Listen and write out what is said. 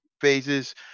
phases